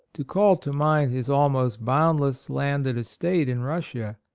to call to mind his almost boundless landed estate in russia,